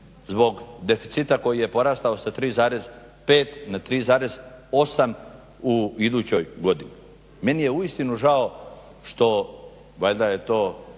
zbog deficita koji je porasta sa 3,5 na 3,8 u idućoj godini. Meni je uistinu žao što valjda to